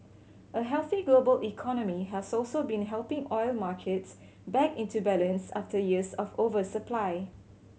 a healthy global economy has also been helping oil markets back into balance after years of oversupply